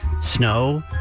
snow